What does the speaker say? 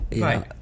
Right